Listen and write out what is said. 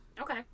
okay